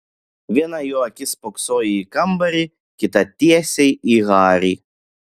viena jo akis spoksojo į kambarį kita tiesiai į harį